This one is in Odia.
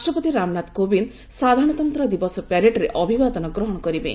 ରାଷ୍ଟ୍ରପତି ରାମନାଥ କୋବିନ୍ଦ ସାଧାରଣତନ୍ତ୍ର ଦିବସ ପ୍ୟାରେଡ୍ରେ ଅଭିବାଦନ ଗ୍ରହଣ କରିବେ